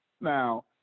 Now